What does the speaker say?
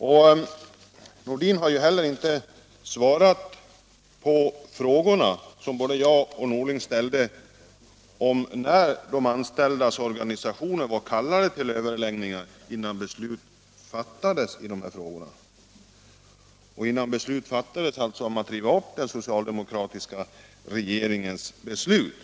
Herr Nordin har inte heller svarat på de frågor som både jag och herr Norling ställde om när de anställdas organisationer var kallade till överläggningar innan beslut fattades om att riva upp den socialdemokratiska regeringens beslut.